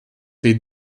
they